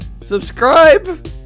Subscribe